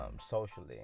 socially